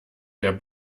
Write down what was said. der